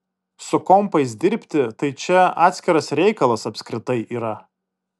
su kompais dirbti tai čia atskiras reikalas apskritai yra